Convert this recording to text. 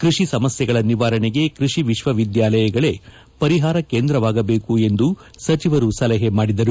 ಕೃಷಿ ಸಮಸ್ಥೆಗಳ ನಿವಾರಣೆಗೆ ಕೃಷಿ ವಿಶ್ವವಿದ್ಯಾಲಯಗಳೇ ಪರಿಹಾರ ಕೇಂದ್ರವಾಗಬೇಕು ಎಂದು ಸಚಿವರು ಸಲಹೆ ನೀಡಿದರು